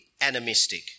animistic